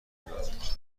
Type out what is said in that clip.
داد